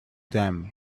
them